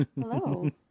Hello